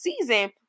season